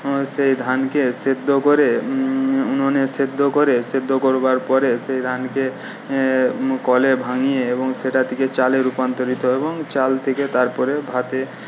সেই ধানকে সেদ্ধ করে উনুনে সেদ্ধ করে সেদ্ধ করবার পরে সেই ধানকে কলে ভাঙিয়ে এবং সেটা থেকে চালে রূপান্তরিত এবং চাল থেকে তারপরে ভাতে